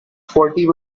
forty